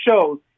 shows